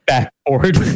Backboard